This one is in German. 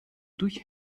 durch